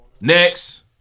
next